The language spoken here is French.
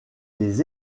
les